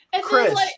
Chris